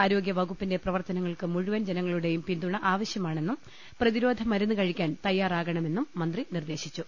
ആരോഗ്യവകുപ്പിന്റെ പ്രവർത്തനങ്ങൾക്ക് മുഴുവൻ ജനങ്ങളുടെയും പിന്തുണ ആവശൃമാണെന്നും പ്രതിരോധിമരുന്ന് കഴിക്കാൻ തയ്യാറാക ണമെന്നും മന്ത്രി നിർദ്ദേശിച്ചു